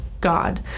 God